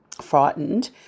frightened